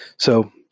so,